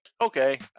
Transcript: okay